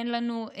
אין לנו,